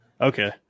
Okay